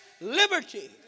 liberty